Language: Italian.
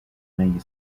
negli